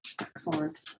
excellent